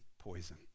poison